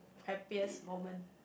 happiest moment